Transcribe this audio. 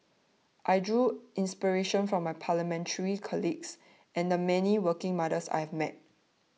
I draw inspiration from my Parliamentary colleagues and the many working mothers I have met